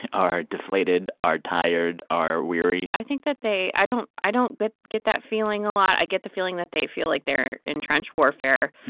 and are deflated, are tired, are weary? i think that they i don't i don't get get that feeling a lot. i get the feeling that they feel like they're in trench warfare.